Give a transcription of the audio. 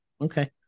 Okay